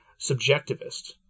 subjectivist